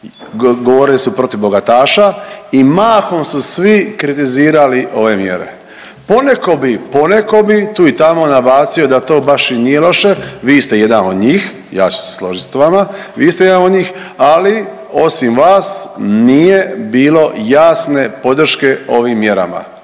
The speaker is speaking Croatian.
govorili su protiv bogataša i mahom su svi kritizirali ove mjere. Poneko bi, poneko bi tu i tamo nabacio da to baš i nije loše, vi ste jedan od njih, ja ću se složit s vama, vi ste jedan od njih, ali osim vas nije bilo jasne podrške ovim mjerama,